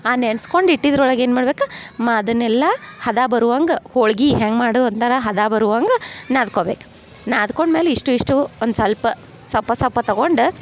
ಆ ನೆನ್ಸ್ಕೊಂಡು ಇಟ್ಟಿದ್ರ ಒಳಗ ಏನು ಮಾಡ್ಬೇಕು ಮ ಅದನೆಲ್ಲ ಹದ ಬರುವಂಗೆ ಹೋಳಿಗಿ ಹೆಂಗೆ ಮಾಡು ಒಂಥರ ಹದ ಬರುವಂಗೆ ನಾದ್ಕೊಬೇಕು ನಾದ್ಕೊಂಡು ಮೇಲೆ ಇಷ್ಟು ಇಷ್ಟು ಒಂದು ಸ್ವಲ್ಪ ಸಲ್ಪ ಸಲ್ಪ ತಗೊಂಡು